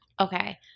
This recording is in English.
Okay